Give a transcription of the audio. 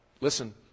Listen